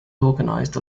organized